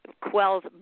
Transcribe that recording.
quells